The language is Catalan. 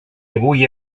hui